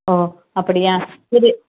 ஓ அப்படியா இது